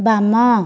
ବାମ